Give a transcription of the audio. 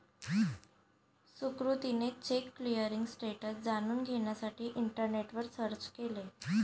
सुकृतीने cheque clearing status जाणून घेण्यासाठी इंटरनेटवर सर्च केले